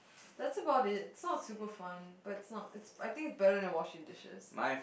that's about it it's not super fun but it's not it's I think it's better than washing dishes